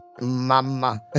Mama